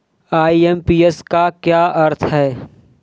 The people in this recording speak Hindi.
आई.एम.पी.एस का क्या अर्थ है?